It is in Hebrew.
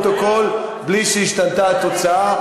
הוספו לפרוטוקול בלי שהשתנתה התוצאה,